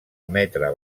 emetre